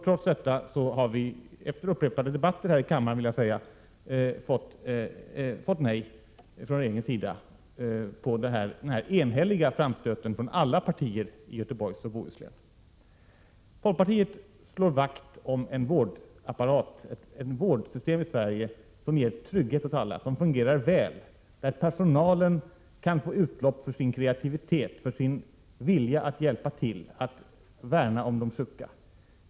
Trots detta och trots enhälliga framstötar från alla partier i Göteborgs och Bohus län har vi efter upprepade debatter här i kammaren fått nej från regeringen. Folkpartiet slår vakt om ett vårdsystem i Sverige som fungerar väl och ger trygghet åt alla. Vi slår vakt om ett system där personalen kan få utlopp för sin kreativitet och för sin vilja att hjälpa till att värna om de sjuka.